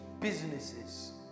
Businesses